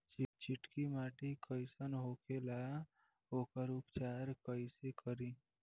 चिकटि माटी कई सन होखे ला वोकर उपचार कई से करी?